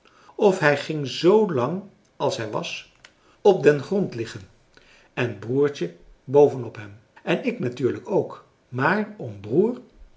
of hij ging zoo lang als hij was op den grond liggen en broertje boven op hem en ik natuurlijk ook maar om broer